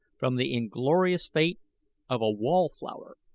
from the inglorious fate of a wall-flower.